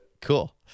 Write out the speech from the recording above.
Cool